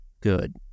good